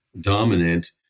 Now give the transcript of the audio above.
dominant